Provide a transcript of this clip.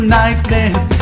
niceness